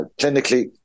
clinically